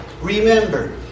remember